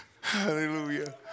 Hallelujah